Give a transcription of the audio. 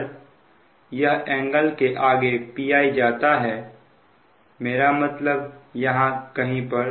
अगर यह एंगल के आगे Pi जाता है मेरा मतलब यहां कहीं पर